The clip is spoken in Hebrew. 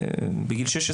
בגיל 16,